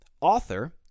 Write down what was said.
author